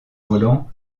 volant